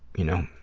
you know,